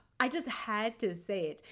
i just had to say it.